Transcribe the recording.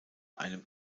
einem